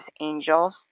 angels